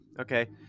Okay